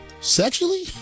sexually